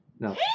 No